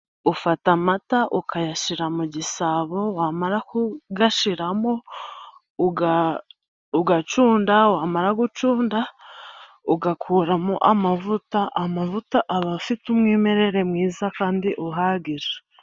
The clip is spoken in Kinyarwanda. Ufata amata ukayashyira mu gisabo, wamara kuyashyiramo ugacunda, wamara gucunda ugakuramo amavuta. Amavuta aba afite umwimerere mwiza kandi uhagije.